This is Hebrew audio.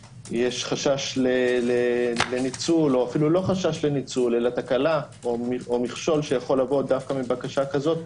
חשש לניצול או תקלה או מכשול שיכול לבוא דווקא מבקשה כזו ,